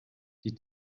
die